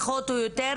פחות או יותר,